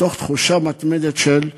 מתוך תחושה מתמדת של שליחות.